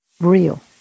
real